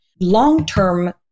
Long-term